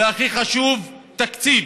והכי חשוב, תקציב,